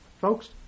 Folks